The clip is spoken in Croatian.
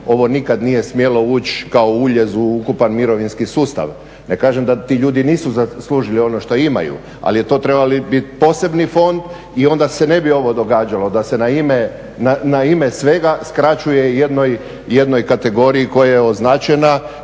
Ovo nikad nije smjelo uči kao uljez u ukupan mirovinski sustav. Ne kažem da ti ljudi nisu zaslužili ono što imaju, ali je to trebao biti posebni fond i onda se ne bi ovo događalo, da se na ime svega skraćuje i jednoj kategoriji koja je označena